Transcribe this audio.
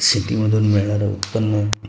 शेतीमधून मिळणारं उत्पन्न